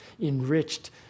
enriched